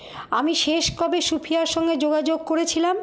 আমি শেষ কবে সুফিয়ার সঙ্গে যোগাযোগ করেছিলাম